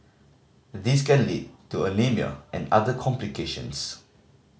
this can lead to anaemia and other complications